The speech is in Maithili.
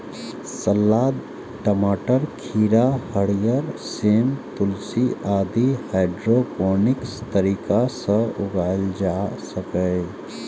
सलाद, टमाटर, खीरा, हरियर सेम, तुलसी आदि हाइड्रोपोनिक्स तरीका सं उगाएल जा सकैए